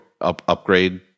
upgrade